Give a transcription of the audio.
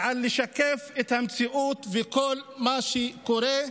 ועל לשקף את המציאות וכל מה שקורה.